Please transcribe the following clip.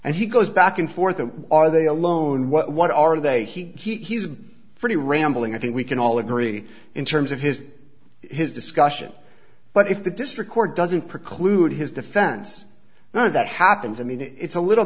and he goes back and forth that are they alone what are they he's pretty rambling i think we can all agree in terms of his his discussion but if the district court doesn't preclude his defense now that happens i mean it's a little